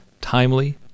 timely